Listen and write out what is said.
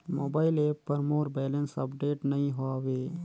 mobile app पर मोर balance update नई हवे